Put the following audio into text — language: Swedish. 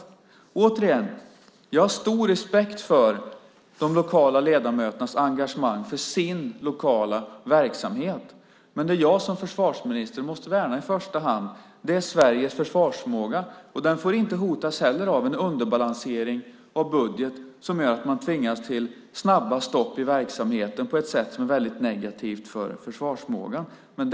Jag vill återigen säga att jag har stor respekt för de lokala ledamöternas engagemang för sin lokala verksamhet. Men det jag som försvarsminister måste värna i första hand är Sveriges försvarsförmåga, och den får inte heller hotas av en underbalansering av budgeten som gör att man tvingas till snabba stopp i verksamheten på ett sätt som är väldigt negativt för försvarsförmågan.